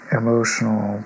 emotional